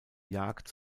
jagd